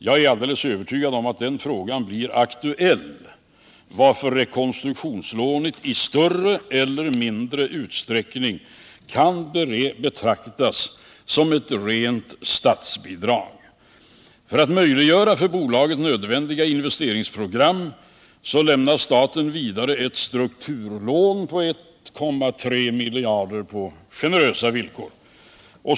Jag är övertygad om att den frågan blir aktuell, varför rekonstruktionslånet i större eller mindre utsträckning kan betraktas som ett rent statsbidrag. För att möjliggöra för bolaget nödvändiga investeringsprogram lämnar staten vidare ett strukturlån på 1,3 miljarder på generösa villkor.